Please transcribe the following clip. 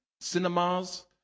cinemas